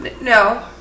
No